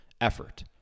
effort